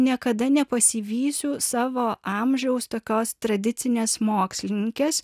niekada nepasivysiu savo amžiaus tokios tradicinės mokslininkės